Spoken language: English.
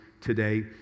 today